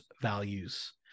values